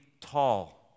tall